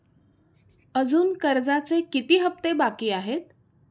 अजुन कर्जाचे किती हप्ते बाकी आहेत?